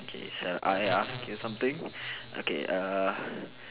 okay shall I ask you something okay err